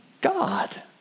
God